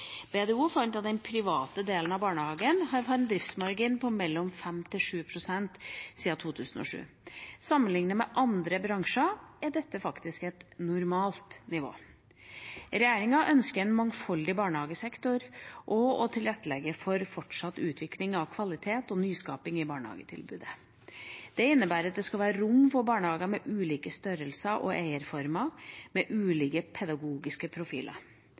fant at den private delen av barnehagesektoren har hatt en driftsmargin på mellom 5 og 7 pst. siden 2007. Sammenlignet med andre bransjer er dette faktisk på et normalt nivå. Regjeringa ønsker en mangfoldig barnehagesektor og å tilrettelegge for fortsatt utvikling av kvalitet og nyskapning i barnehagetilbudet. Det innebærer at det skal være rom for barnehager med ulik størrelse og eierform og med ulike pedagogiske profiler.